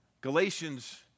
Galatians